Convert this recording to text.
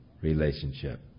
relationship